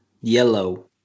yellow